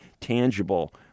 tangible